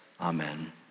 amen